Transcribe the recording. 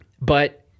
But-